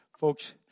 Folks